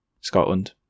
Scotland